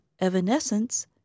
Evanescence